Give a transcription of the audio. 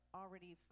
already